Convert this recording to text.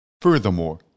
Furthermore